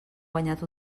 guanyat